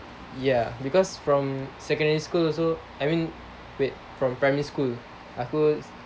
ya because from secondary school so I mean wait from primary school aku